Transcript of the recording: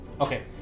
Okay